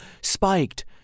spiked